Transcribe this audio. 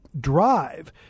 drive